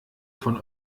von